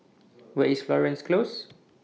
Where IS Florence Close